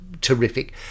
terrific